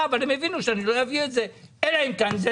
אבל הם הבינו שאני לא אביא את זה אלא אם כן זה